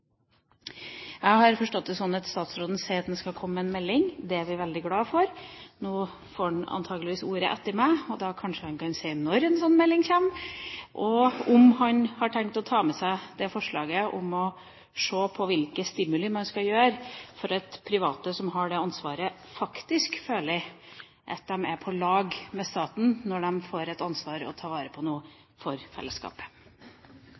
Jeg har forstått det sånn at statsråden sier han skal komme med en melding. Det er vi veldig glad for. Nå får han antakeligvis ordet etter meg, og da kan han kanskje si når en sånn melding kommer, og om han har tenkt å ta med seg forslaget om å se på hvilke stimuli man skal ha for at private som har det ansvaret, faktisk føler at de er på lag med staten når de får et ansvar for å ta vare på